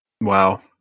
Wow